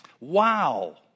Wow